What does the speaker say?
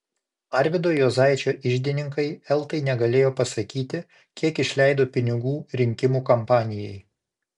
arvydo juozaičio iždininkai eltai negalėjo pasakyti kiek išleido pinigų rinkimų kampanijai